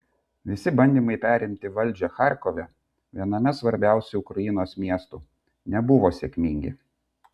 visi bandymai perimti valdžią charkove viename svarbiausių ukrainos miestų nebuvo sėkmingi